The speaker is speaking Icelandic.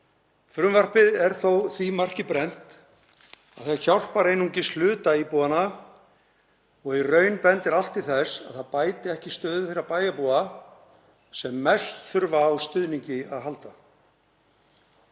Frumvarpið er þó því marki brennt að það hjálpar einungis hluta íbúanna og í raun bendir allt til þess að það bæti ekki stöðu þeirra bæjarbúa sem mest þurfa á stuðningi að halda.